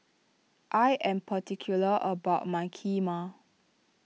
I am particular about my Kheema